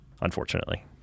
unfortunately